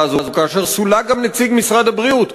הזו כאשר סולק גם נציג משרד הבריאות.